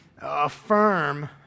affirm